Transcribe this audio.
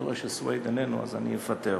אני רואה שסוייד איננו, אז אוותר.